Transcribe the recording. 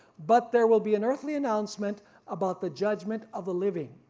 but there will be an earthly announcement about the judgement of the living,